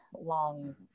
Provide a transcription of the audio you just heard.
long